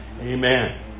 Amen